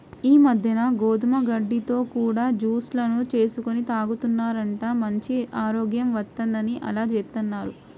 ఈ మద్దెన గోధుమ గడ్డితో కూడా జూస్ లను చేసుకొని తాగుతున్నారంట, మంచి ఆరోగ్యం వత్తందని అలా జేత్తన్నారు